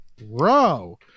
bro